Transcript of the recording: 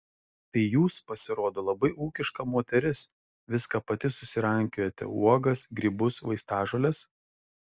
tai jūs pasirodo labai ūkiška moteris viską pati susirankiojate uogas grybus vaistažoles